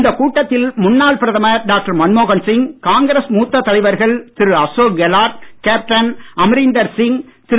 இந்தக் கூட்டத்தில் முன்னாள் பிரதமர் டாக்டர் மன்மோகன் சிங் காங்கிரஸ் மூத்த தலைவர்கள் திரு அசோக் கெலாட் கேப்டன் அமரீந்தரசிங் திரு